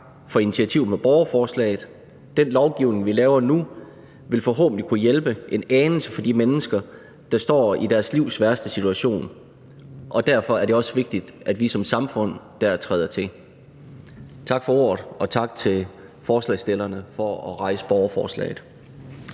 for initiativet med borgerforslaget. Den lovgivning, vi laver nu, vil forhåbentlig kunne hjælpe de mennesker, der står i deres livs værste situation, en anelse, og derfor er det også vigtigt, at vi som samfund dér træder til. Tak for ordet, og tak til forslagsstillerne for at rejse borgerforslaget.